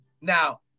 now